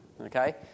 Okay